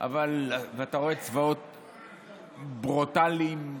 ואתה רואה צבאות ברוטליים,